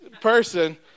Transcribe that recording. person